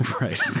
Right